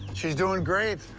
she's doing great.